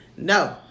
No